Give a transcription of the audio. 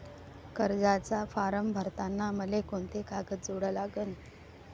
कर्जाचा फारम भरताना मले कोंते कागद जोडा लागन?